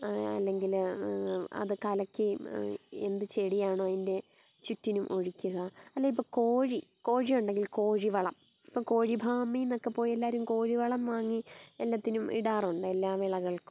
അല്ലെങ്കിൽ അത് കലക്കി എന്ത് ചെടിയാണോ അതിൻ്റെ ചുറ്റിനും ഒഴിക്കുക അല്ലേൽ ഇപ്പം കോഴി കോഴിയുണ്ടെങ്കിൽ കോഴി വളം ഇപ്പം കോഴി ഫാമീന്നക്കെ എല്ലാവരും പോയി കോഴി വളം വാങ്ങി എല്ലാത്തിനും ഇടാറുണ്ട് എല്ലാ വിളകൾക്കും